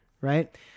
right